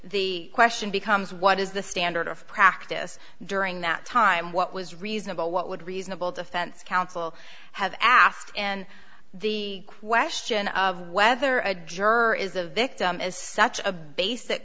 the question becomes what is the standard of practice during that time what was reasonable what would reasonable defense counsel have asked and the question of whether a juror is a victim is such a basic